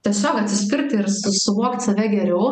tiesiog atsispirti ir su suvokti save geriau